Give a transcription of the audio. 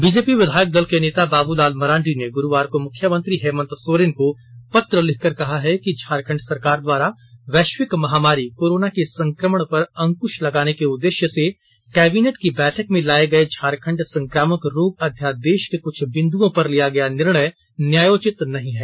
BJP विधायक दल के नेता बाबूलाल मरांडी ने गुरुवार को मुख्यमंत्री हेमंत सोरेन को पत्र लिखकर कहा कि झारखंड सरकार द्वारा वैश्विक महामारी कोरोना के संक्रमण पर अंकृश लगाने के उद्देश्य से कैबिनेट की बैठक में लाए गए झारखंड संक्रामक रोग अध्यादेश के कुछ बिन्दुओं पर लिया गया निर्णय न्यायोचित नहीं है